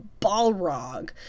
Balrog